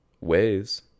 ways